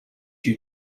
you